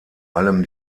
allem